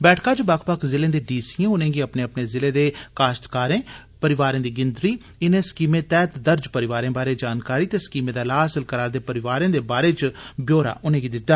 बैठका च बक्ख बक्ख जिलें दे डी सीएं उनेंगी अपने अपने जिले दे काश्तकारें परिवारें दी गिनतरी इनें स्कीमें तैहत दर्ज परिवारें बारै जानकारी ते स्कीमें दा लाह हासल करार'दे परौआरें दे बारै च ब्यौरा दिता